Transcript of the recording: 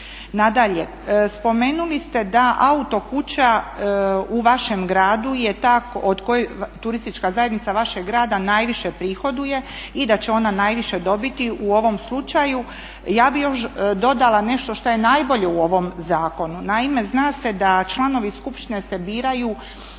Nadalje, spomenuli ste da autokuća u vašem gradu je ta od koje turistička zajednica vašeg grada najviše prihoduje i da će ona najviše dobiti u ovom slučaju. Ja bih još dodala nešto što je najbolje u ovom zakonu, naime zna se da članovi skupštine se biraju